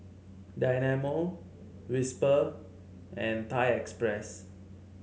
Dynamo Whisper and Thai Express